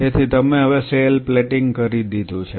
તેથી તમે હવે સેલ પ્લેટિંગ કરી લીધું છે